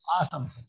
Awesome